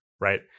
right –